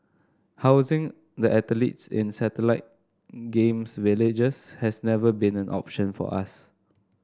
housing the athletes in satellite Games Villages has never been an option for us